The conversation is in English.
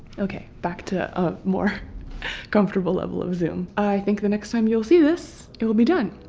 okay back to a more comfortable level of zoom i think the next time you'll see this it will be done